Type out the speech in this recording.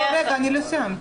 לא סיימתי.